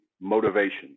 motivation